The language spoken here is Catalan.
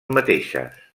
mateixes